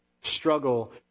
struggle